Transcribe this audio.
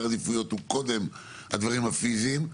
העדיפויות הוא קודם הדברים הפיזיים,